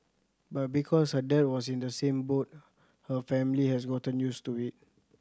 but because her dad was in the same boat her family has gotten used to it